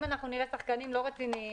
אם נראה שחקנים לא רציניים,